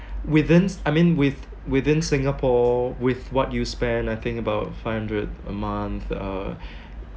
within I mean with within Singapore with what you spend I think about five hundred a month uh